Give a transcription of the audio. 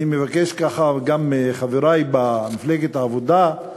אני מבקש, ככה, גם מחברי במפלגת העבודה,